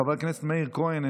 חבר הכנסת מאיר כהן,